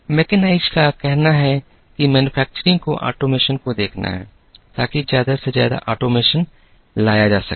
mechanise का कहना है कि मैन्युफैक्चरिंग को ऑटोमेशन को देखना है ताकि ज्यादा से ज्यादा ऑटोमेशन लाया जा सके